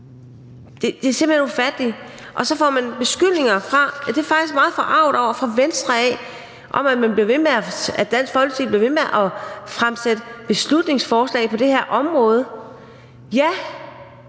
det er simpelt hen ufatteligt. Og så får man beskyldninger fra Venstre om – og det er jeg faktisk meget forarget over – at Dansk Folkeparti bliver ved med at fremsætte beslutningsforslag på det her område. Ja!